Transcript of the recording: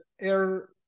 air